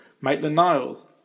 Maitland-Niles